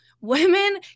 women